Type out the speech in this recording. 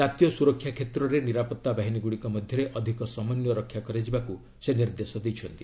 ଜାତୀୟ ସୁରକ୍ଷା କ୍ଷେତ୍ରରେ ନିରାପତ୍ତା ବାହିନୀଗୁଡ଼ିକ ମଧ୍ୟରେ ଅଧିକ ସମନ୍ୱୟ ରକ୍ଷା କରାଯିବାକୁ ସେ ନିର୍ଦ୍ଦେଶ ଦେଇଛନ୍ତି